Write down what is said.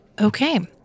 Okay